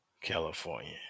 California